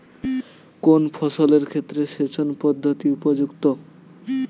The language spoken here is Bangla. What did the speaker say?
কোন ফসলের ক্ষেত্রে সেচন পদ্ধতি উপযুক্ত?